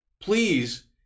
please